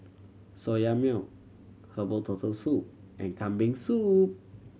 Soya Milk herbal Turtle Soup and Kambing Soup